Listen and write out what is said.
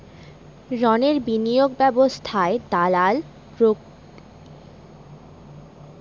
রণের বিনিয়োগ ব্যবস্থায় দালাল বা ব্রোকার স্টক কেনে আর বিক্রি করে